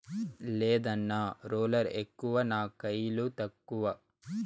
లేదన్నా, రోలర్ ఎక్కువ నా కయిలు తక్కువ